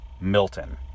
Milton